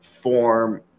form